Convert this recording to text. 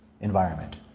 environment